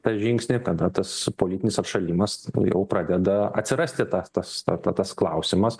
tą žingsnį kada tas politinis atšalimas jau pradeda atsirasti tą tas ta tas klausimas